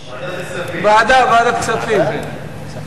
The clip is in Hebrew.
ומי שנגד, זה הסרה.